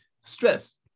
stress